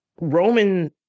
Roman